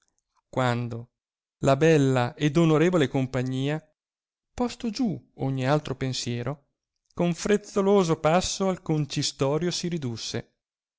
quando la bella ed onorevole compagnia posto giù ogni altro pensiero con frezzoloso passo al concistorio si ridusse